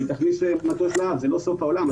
זה לא סוף העולם,